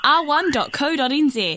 r1.co.nz